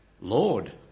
Lord